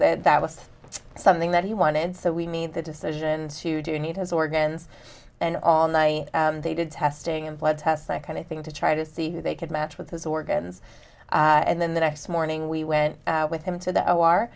that that was something that he wanted so we made the decision to do need his organs and all night they did testing and blood tests that kind of thing to try to see who they could match with his organs and then the next morning we went with him to the